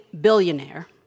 billionaire